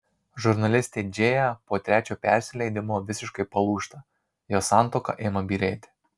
žurnalistė džėja po trečio persileidimo visiškai palūžta jos santuoka ima byrėti